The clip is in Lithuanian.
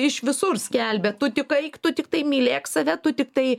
iš visur skelbia tu tik eik tu tiktai mylėk save tu tiktai